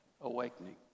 awakening